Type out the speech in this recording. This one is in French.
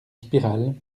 spirale